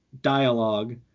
dialogue